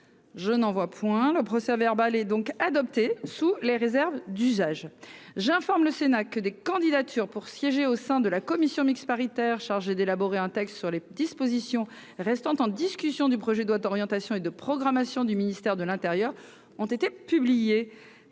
Je n'en vois point le procès verbal est donc adopté sous les réserves d'usage j'informe le Sénat que des candidatures pour siéger au sein de la commission mixte paritaire chargée d'élaborer un texte sur les dispositions restant en discussion du projet de loi d'orientation et de programmation du ministère de l'Intérieur, ont été publiés